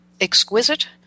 exquisite